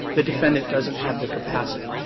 the defendant doesn't have the capacity.